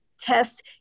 test